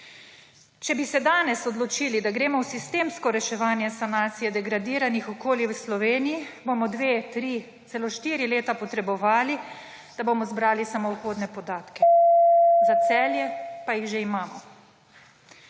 »Če bi se danes odločili, da gremo v sistemsko reševanje sanacije degradiranih okolij v Sloveniji, bomo 2, 3, celo 4 leta potrebovali, da bomo zbrali samo vhodne podatke, za Celje pa jih že imamo.«